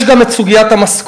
יש גם את סוגיית המשכורות,